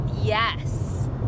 yes